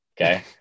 okay